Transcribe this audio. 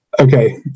okay